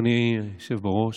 אדוני היושב-ראש,